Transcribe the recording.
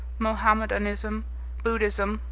mohammedanism buddhism,